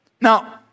Now